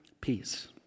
peace